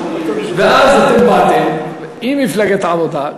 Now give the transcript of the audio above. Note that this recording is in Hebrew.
ואז אתם באתם עם מפלגת העבודה,